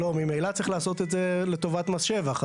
לא, ממילא צריך לעשות את זה לטובת מס שבח.